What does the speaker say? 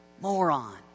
Moron